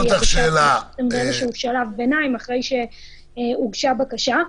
באיזשהו שלב ביניים אחרי שהוגשה בקשה.